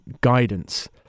guidance